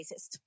racist